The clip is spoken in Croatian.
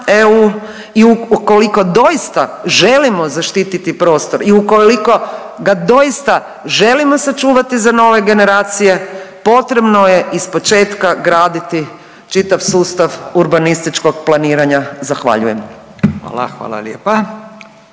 i ukoliko doista želimo zaštititi prostor i ukoliko ga doista želimo sačuvati za nove generacije potrebno je ispočetka graditi čitav sustav urbanističkog planiranja, zahvaljujem. **Radin,